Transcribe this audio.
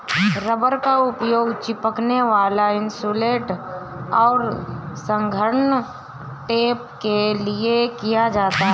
rubber का उपयोग चिपकने वाला इन्सुलेट और घर्षण टेप के लिए किया जाता है